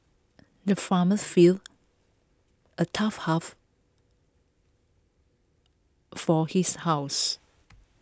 the farmers filled A tough half for his horses